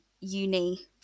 uni